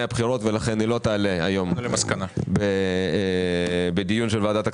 הבחירות ולכן היא לא תעלה היום בדיון של ועדת הכספים,